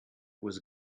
was